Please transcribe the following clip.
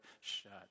shut